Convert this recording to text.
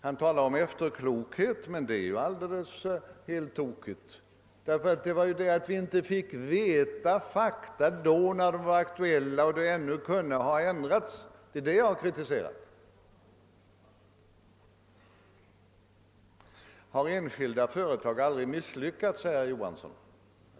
Han säger att det nu visas efterklokhet, men det är alldeles fel, eftersom vad jag kritiserat är det förhållandet att vi inte fick reda på fakta när de var aktuella och planerna ännu kunde ha ändrats. Herr Johansson frågar om enskilda företag aldrig har misslyckats.